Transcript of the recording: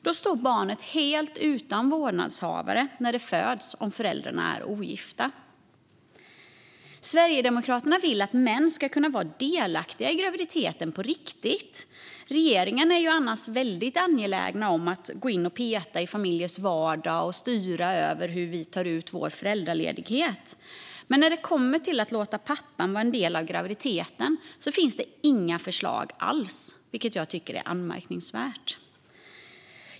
Då står barnet helt utan vårdnadshavare när det föds om föräldrarna är ogifta. Sverigedemokraterna vill att män ska kunna vara delaktiga i graviditeten på riktigt. Regeringen är annars väldigt angelägen om att gå in och peta i familjers vardag och styra över hur vi tar ut vår föräldraledighet. Men när det kommer till att låta pappan vara en del av graviditeten finns det inga förslag alls, vilket jag tycker är anmärkningsvärt.